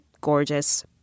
gorgeous